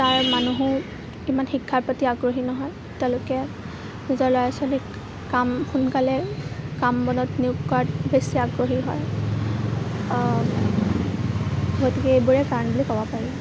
তাৰ মানুহো ইমান শিক্ষাৰ প্ৰতি আগ্ৰহী নহয় তেওঁলোকে নিজৰ ল'ৰা ছোৱালীক কাম সোনকালে কাম বনত নিয়োগ কৰাত বেছি আগ্ৰহী হয় গতিকে এইবোৰে কাৰণ বুলি ক'ব পাৰি